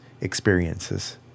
experiences